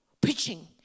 preaching